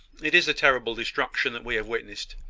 it is a terrible destruction that we have witnessed.